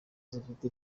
zifite